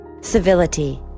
Civility